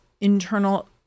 internal